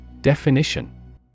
Definition